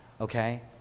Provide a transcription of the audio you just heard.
okay